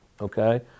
Okay